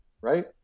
right